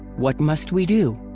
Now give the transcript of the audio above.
what must we do?